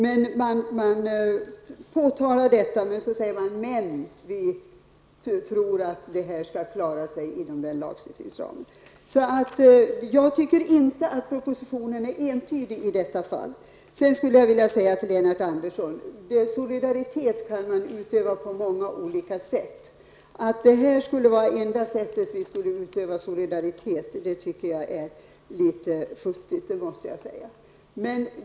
Men vi tror, säger man sedan man påtalat detta, att det här skall klaras inom den lagstiftningsramen. Jag tycker inte att propositionen är entydig i detta fall. Sedan vill jag säga till Lennart Andersson att solidaritet kan man utöva på många olika sätt. Att det här skulle vara enda sättet för oss att utöva solidaritet tycker jag är litet futtigt -- det måste jag säga.